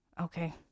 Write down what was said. Okay